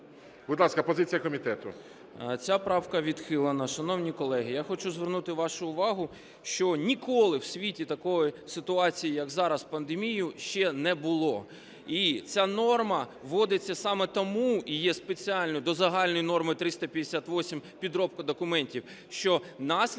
Будь ласка, позиція комітету.